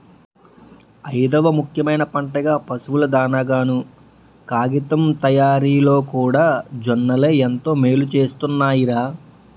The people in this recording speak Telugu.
ఐదవ ముఖ్యమైన పంటగా, పశువుల దానాగాను, కాగితం తయారిలోకూడా జొన్నలే ఎంతో మేలుసేస్తున్నాయ్ రా